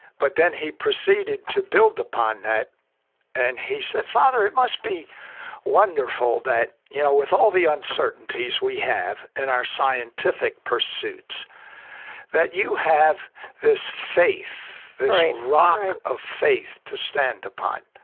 but then he proceeded to build upon that and he said, father, it must be wonderful that you know with all the uncertainties we have in our scientific pursuits that you have this faith, this rock of faith to stand upon.